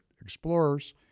Explorers